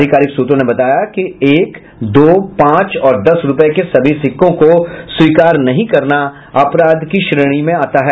अधिकारिक सूत्रों ने बताया कि एक दो पांच और दस रूपये के सभी सिक्कों को स्वीकार नहीं करना अपराध की श्रेणी में आता है